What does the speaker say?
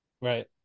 Right